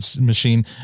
machine